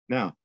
Now